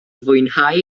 fwynhau